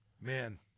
Man